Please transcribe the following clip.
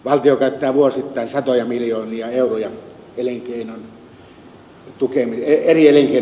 valtio käyttää vuosittain satoja miljoonia euroja eri elinkeinojen tukemiseen